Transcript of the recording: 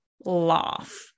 laugh